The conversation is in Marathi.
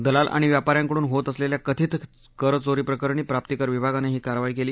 दलाल आणि व्यापा यांकडून होत असलेल्या कथित कर चोरीप्रकरणी प्राप्तीकर विभागानं ही कारवाई केली